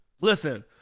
Listen